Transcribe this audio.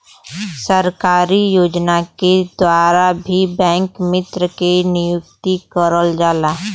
सरकारी योजना के द्वारा भी बैंक मित्र के नियुक्ति करल जाला